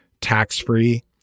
tax-free